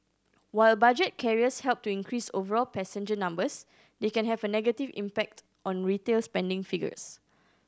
while budget carriers help to increase overall passenger numbers they can have a negative impact on retail spending figures